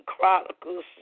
Chronicles